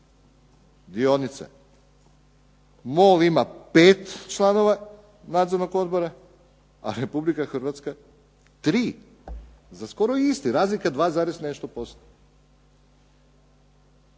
dionice MOL ima pet članova nadzornog odbora a Republika Hrvatska tri za skoro isti, razlika je 2 i nešto posto.